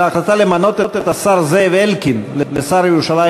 על החלטתה למנות את השר זאב אלקין לשר ירושלים